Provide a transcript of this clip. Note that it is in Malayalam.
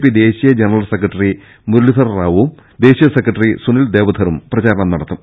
പി ദേശീയ ജന റൽ സെക്രട്ടറി മുരളീധർ റാവുവും ദേശീയ സെക്രട്ടറി സുനിൽ ദേവധറും പ്രചാരണം നടത്തും